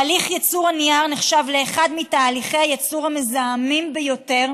הליך ייצור הנייר נחשב לאחד מתהליכי הייצור המזהמים ביותר.